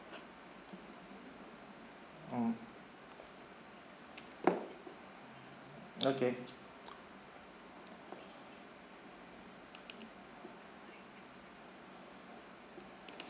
mm okay